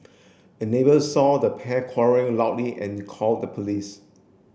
a neighbour saw the pair quarrelling loudly and call the police